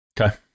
Okay